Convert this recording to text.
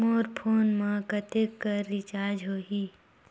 मोर phone मा कतेक कर रिचार्ज हो ही?